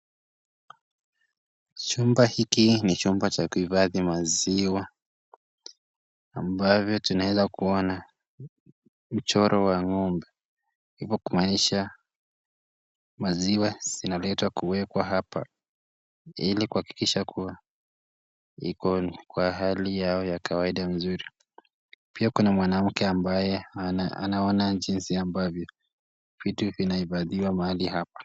Chumba hiki ni chumba cha kuhifadhi maziwa ambavyo tunaweza kuona mchoro wa ng'ombe hivyo kumaanisha maziwa zinaletwa kuwekwa hapa ili kuhakikisha kuwa iko kwa hali yao ya kawaida mzuri. Pia kuna mwanamke ambaye anaona jinsi ambavyo vitu vinahifadhiwa mahali hapa.